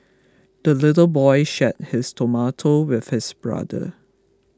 the little boy shared his tomato with his brother